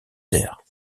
terre